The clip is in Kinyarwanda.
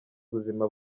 ubuzima